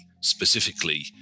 specifically